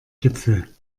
gipfel